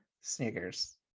sneakers